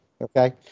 Okay